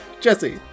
Jesse